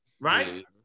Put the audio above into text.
Right